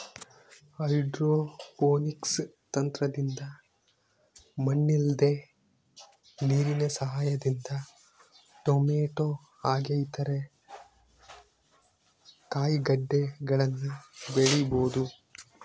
hydroponics ತಂತ್ರದಿಂದ ಮಣ್ಣಿಲ್ದೆ ನೀರಿನ ಸಹಾಯದಿಂದ ಟೊಮೇಟೊ ಹಾಗೆ ಇತರ ಕಾಯಿಗಡ್ಡೆಗಳನ್ನ ಬೆಳಿಬೊದು